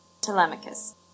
Telemachus